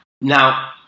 Now